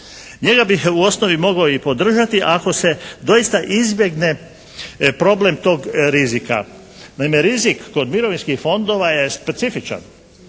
Njega bi u osnovi mogao i podržati ako se doista izbjegne problem tog rizika. Naime rizik kod mirovinskih fondova je specifičan.